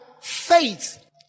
Faith